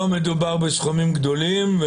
לא מדובר בסכומים גדולים,